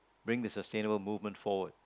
bring the sustainable movement forward